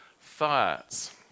thoughts